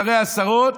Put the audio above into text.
שרי עשרות,